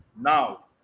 now